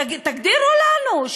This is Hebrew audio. תגדירו לנו,